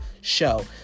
show